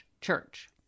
church